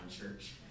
church